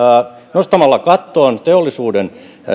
nostamalla kattoon teollisuuden